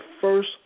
first